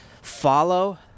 Follow